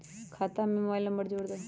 खाता में mobile number जोड़ दहु?